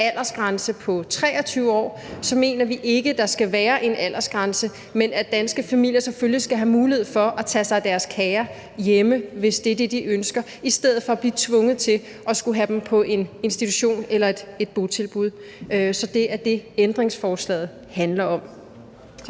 aldersgrænse på 23 år, mener vi ikke, at der skal være en aldersgrænse, men at danske familier selvfølgelig skal have mulighed for at tage sig af deres kære hjemme, hvis det er det, de ønsker, i stedet for at blive tvunget til at skulle have dem på en institution eller i et botilbud. Så det er det, ændringsforslaget handler om.